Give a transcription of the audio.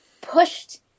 pushed